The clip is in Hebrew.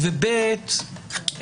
ובי"ת,